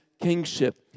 kingship